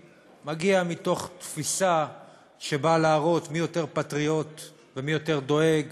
מגיעות מתוך תפיסה שבאה להראות מי יותר פטריוט ומי יותר דואג